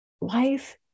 life